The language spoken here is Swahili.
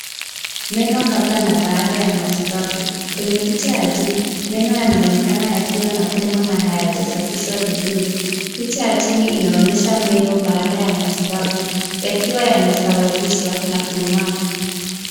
Meno kabla na baada ya matibabu, kwenye picha ya juu, meno yanaonekana yakiwa na pengo na hayajasafishwa vizuri, picha ya chini inaonyesha meno baada ya matibabu yakiwa yamesawazishwa na kungaa.